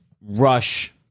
rush